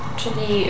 czyli